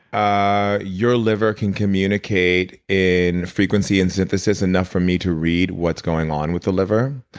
ah your liver can communicate in frequency and symphysis enough for me to read what's going on with the liver.